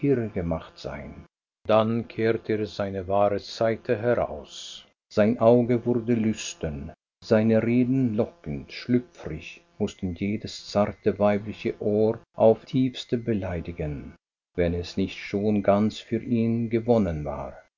gemacht sein dann kehrte er seine wahre seite heraus sein auge wurde lüstern seine reden lockend schlüpfrig mußten jedes zarte weibliche ohr aufs tiefste beleidigen wenn es nicht schon ganz für ihn gewonnen war